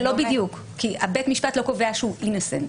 זה לא בדיוק כי בית משפט לא קובע שהוא אינוסנט.